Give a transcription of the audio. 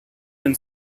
been